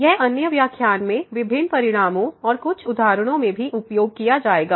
यह अन्य व्याख्यान में विभिन्न परिणामों और कुछ उदाहरणों में भी उपयोग किया जाएगा